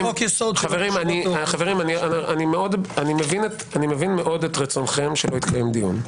חברים, אני מבין מאוד את רצונכם שלא יתקיים דיון.